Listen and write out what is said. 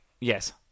Yes